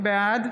בעד